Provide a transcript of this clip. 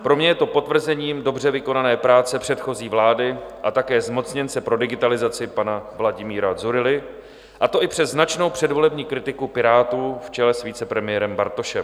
Pro mě je to potvrzením dobře vykonané práce předchozí vlády a také zmocněnce pro digitalizaci pana Vladimíra Dzurilly, a to i přes značnou předvolební kritiku Pirátů v čele s vicepremiérem Bartošem.